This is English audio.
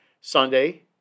Sunday